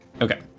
okay